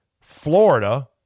Florida